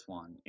one